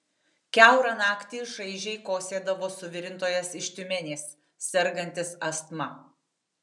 kiaurą naktį šaižiai kosėdavo suvirintojas iš tiumenės sergantis astma